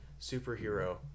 superhero